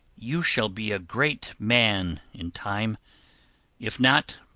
you shall be a great man in time if not,